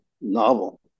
novel